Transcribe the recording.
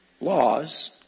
laws